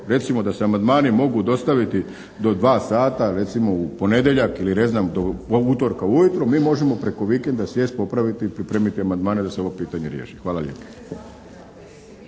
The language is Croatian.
recimo da se amandmani mogu dostaviti do 2 sata recimo u ponedjeljak ili ne znam do utorka ujutro mi možemo preko vikenda sjesti, popraviti i pripremiti amandmane da se ovo pitanje riješi. Hvala lijepo.